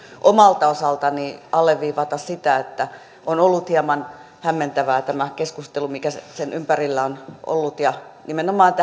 omalta osaltani alleviivata sitä että on ollut hieman hämmentävää tämä keskustelu mikä sen ympärillä on ollut nimenomaan